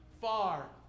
far